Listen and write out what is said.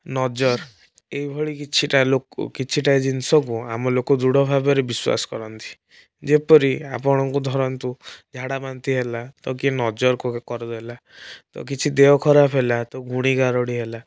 ନଜର ଏଇଭଳି କିଛିଟା ଲୋକ କିଛିଟା ଜିନିଷକୁ ଆମ ଲୋକ ଦୃଢ଼ ଭାବରେ ବିଶ୍ୱାସ କରନ୍ତି ଯେପରି ଆପଣଙ୍କୁ ଧରନ୍ତୁ ଝାଡ଼ାବାନ୍ତି ହେଲା ତ କିଏ ନଜର କରିଦେଲା ତ କିଛି ଦେହ ଖରାପ ହେଲା ତ ଗୁଣିଗାରେଡ଼ି ହେଲା